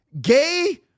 gay